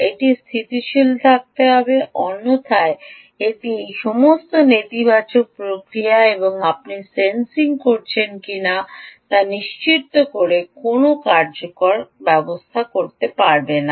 এটি স্থিতিশীল থাকতে হবে অন্যথায় এটি এই সমস্ত নেতিবাচক প্রতিক্রিয়া এবং আপনি সেন্সিং করছেন কিনা তা নিশ্চিত করে কোনও কার্যকর করতে পারে না